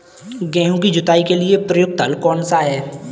गेहूँ की जुताई के लिए प्रयुक्त हल कौनसा है?